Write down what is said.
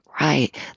right